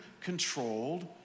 controlled